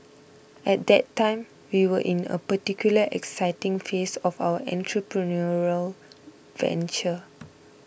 at that time we were in a particularly exciting phase of our entrepreneurial venture